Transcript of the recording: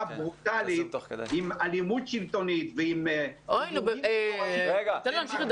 ברוטלית עם אלימות שלטונית --- מה זה?